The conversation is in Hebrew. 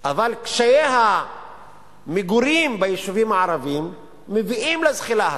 אבל קשיי המגורים ביישובים הערביים מביאים לזחילה הזאת.